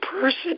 person